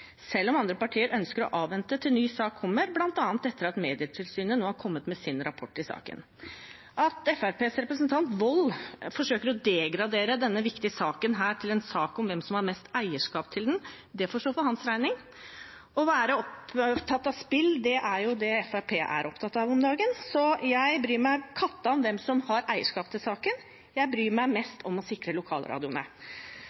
selv om andre partier ønsker å avvente til ny sak kommer, bl.a. etter at Medietilsynet nå har kommet med sin rapport i saken. At Fremskrittspartiets representant Wold forsøker å degradere denne viktige saken til en sak om hvem som har mest eierskap til den, får stå for hans regning. Å være opptatt av spill er jo det Fremskrittspartiet er om dagen, så jeg bryr meg katta om hvem som har eierskap til saken. Jeg bryr meg